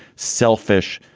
selfish,